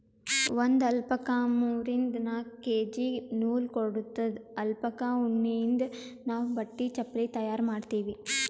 ಒಂದ್ ಅಲ್ಪಕಾ ಮೂರಿಂದ್ ನಾಕ್ ಕೆ.ಜಿ ನೂಲ್ ಕೊಡತ್ತದ್ ಅಲ್ಪಕಾ ಉಣ್ಣಿಯಿಂದ್ ನಾವ್ ಬಟ್ಟಿ ಚಪಲಿ ತಯಾರ್ ಮಾಡ್ತೀವಿ